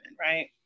Right